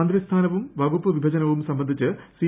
മന്ത്രിസ്ഥാനവും വകുപ്പ് വിഭജനവും സംബന്ധിച്ച് സി